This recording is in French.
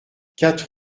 quatre